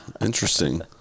interesting